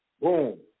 Boom